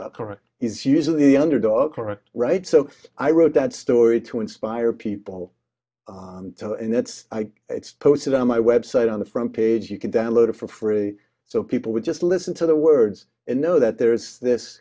up correct is usually the underdog correct right so i wrote that story to inspire people and that's why it's posted on my website on the front page you can download it for free so people would just listen to the words and know that there is this